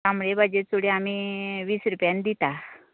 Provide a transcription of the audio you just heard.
तांबडे भाजी चुडी आमी वीस रुपयांनी दिता